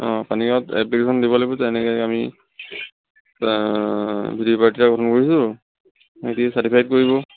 অঁ পানীগাঁওত এপ্লিকেশ্যন দিব লাগিব যে এনেকে আমি ভি ডি পি পাৰ্টি গঠন কৰিছোঁ সিহঁতি চাৰ্টিফাইড কৰিব